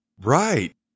Right